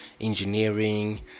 engineering